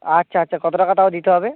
আচ্ছা আচ্ছা কতো টাকা তাও দিতে হবে